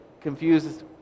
confused